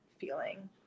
feeling